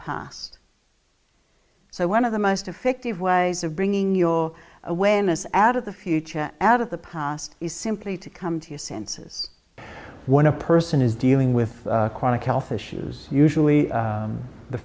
past so one of the most effective ways of bringing your awareness ad of the future out of the past is simply to come to your senses when a person is dealing with chronic health issues usually